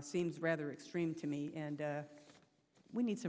seems rather extreme to me and we need some